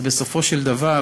בסופו של דבר